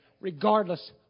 regardless